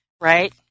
right